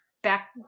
back